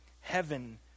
Heaven